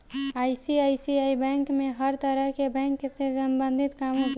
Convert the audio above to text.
ICICI bank में हर तरह के बैंक से सम्बंधित काम होखेला